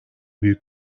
büyük